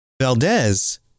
Valdez